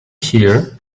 here